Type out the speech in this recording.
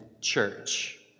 church